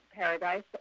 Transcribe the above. Paradise